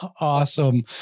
Awesome